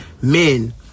Men